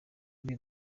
ibi